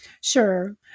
Sure